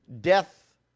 Death